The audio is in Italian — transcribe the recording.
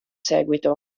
seguito